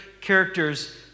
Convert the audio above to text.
characters